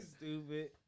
stupid